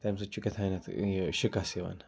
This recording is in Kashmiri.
تَمہِ سۭتۍ چھُ کیٚتھانیٚتھ یہِ شِکَس یِوان